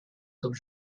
comme